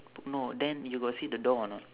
no then you got see the door or not